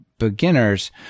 Beginners